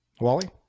Wally